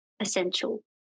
essential